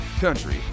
country